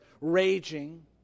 raging